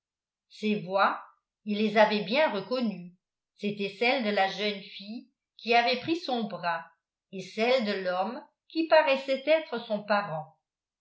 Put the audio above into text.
ces voix il les avait bien reconnues c'était celle de la jeune fille qui avait pris son bras et celle de l'homme qui paraissait être son parent